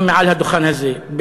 גם מעל הדוכן הזה,